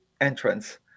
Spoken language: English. entrance